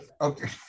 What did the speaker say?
Okay